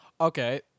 Okay